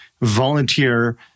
volunteer